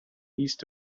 east